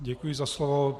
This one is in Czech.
Děkuji za slovo.